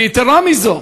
יתרה מזאת,